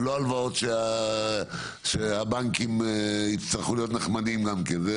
ולא הלוואות שהבנקים יצטרכו להיות נחמדים גם כן,